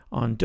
on